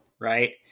right